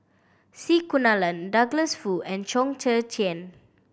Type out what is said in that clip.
C Kunalan Douglas Foo and Chong Tze Chien